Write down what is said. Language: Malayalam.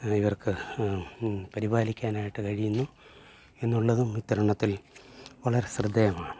ഇവർക്ക് പരിപാലിക്കാനായിട്ട് കഴിയുന്നു എന്നുള്ളതും ഇത്തരത്തിൽ വളരെ ശ്രദ്ധേയമാണ്